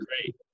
great